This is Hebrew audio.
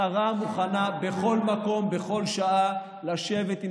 השרה מוכנה בכל מקום ובכל שעה לשבת עם